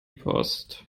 post